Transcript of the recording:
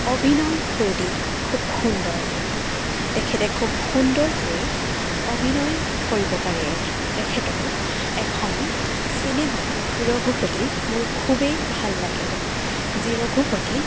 অভিনয়শৈলী খুব সুন্দৰ তেখেতে খুব সুন্দৰকৈ অভিনয় কৰিব পাৰে তেখেতৰ এখন চিনেমা ৰঘুপতি মোৰ খুবেই ভাল লাগে যি ৰঘুপতি